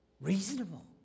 reasonable